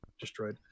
destroyed